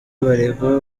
baregwa